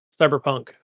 cyberpunk